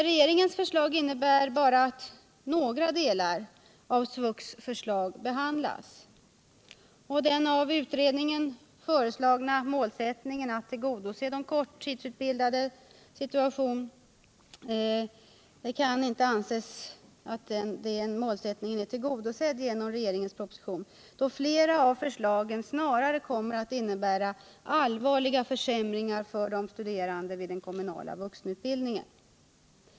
Regeringens förslag innebär dock att endast några delar av SVUX förslag behandlas. Den av utredningen föreslagna målsättningen att tillgodose de kortutbildades situation kan inte anses beaktad genom regeringens proposition, då flera av förslagen snarare kommer att innebära allvarliga försämringar för de studerande vid den kommunala vuxenutbildningen.